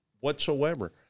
whatsoever